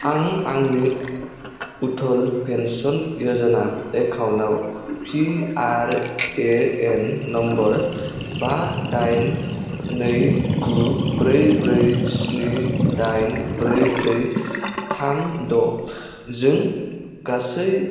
आं आंनि अटल पेन्सन योजना एकाउनआव P R A N number बा दाइन नै गु ब्रै ब्रै स्नि दाइन ब्रै ब्रै थाम द'जों गासै